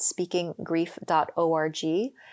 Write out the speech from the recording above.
SpeakingGrief.org